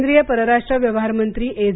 केंद्रीय परराष्ट्रव्यवहार मंत्री एस